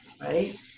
right